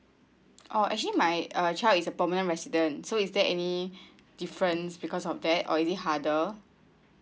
oh actually my uh child is a permanent resident so is there any difference because of that or is it harder